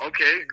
Okay